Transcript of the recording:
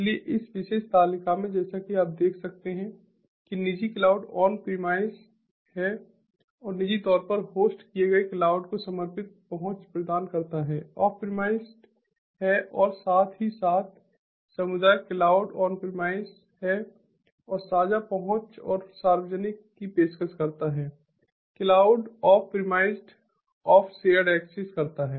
इसलिए इस विशेष तालिका में जैसा कि आप देख सकते हैं कि निजी क्लाउड ऑन प्रिमाइस है और निजी तौर पर होस्ट किए गए क्लाउड को समर्पित पहुंच प्रदान करता है ऑफ प्रिमाइस है और साथ ही साथ समुदाय क्लाउड ऑन प्रिमाइस है और साझा पहुंच और सार्वजनिक की पेशकश करता है cloud off premised off shared access करता है